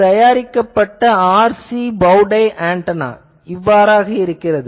இது தயாரிக்கப்பட்ட RC bow tie antenna இவ்வாறு இருக்கும்